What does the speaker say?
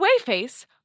Wayface